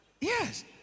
Yes